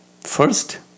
First